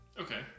Okay